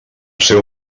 seu